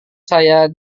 saya